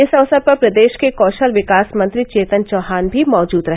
इस अवसर पर प्रदेष के कौषल विकास मंत्री चेतन चौहान भी मौजूद रहे